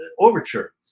overture